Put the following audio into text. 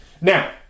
Now